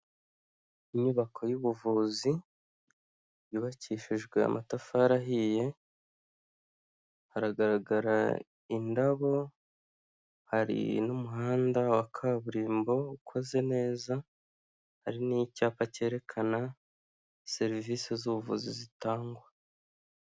Inyubako y'ubuvuzi yubakishijwe amatafari ahiye, hagaragara indabo, hari n'umuhanda wa kaburimbo ukoze neza, hari n'icyapa cyerekana serivise z'ubuvuzi zitangwa.